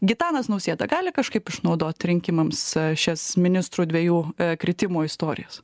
gitanas nausėda gali kažkaip išnaudot rinkimams šias ministrų dvejų kritimo istorijas